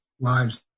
Lives